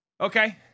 Okay